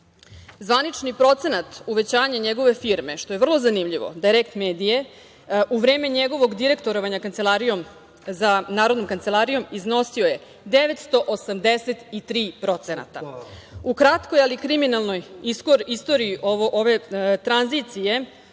rukama. Zvanični procenat uvećanja njegove firme, što je vrlo zanimljivo, „Dajrekt medije“ u vreme njegovog direktovanja Narodnom kancelarijom iznosio je 983%. U kratkoj, ali kriminalnoj istoriji ove tranzicije,